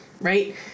right